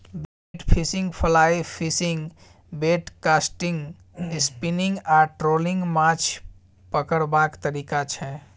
bait fishing, fly fishing, bait casting, spinning आ trolling माछ पकरबाक तरीका छै